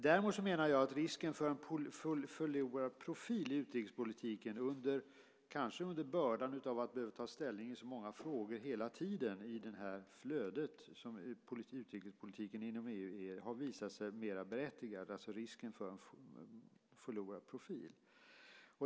Däremot menar jag att risken för en förlorad profil i utrikespolitiken, kanske under bördan av att hela tiden behöva ta ställning i så många frågor i flödet av frågor i utrikespolitiken inom EU, har visat sig mera berättigad.